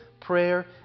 prayer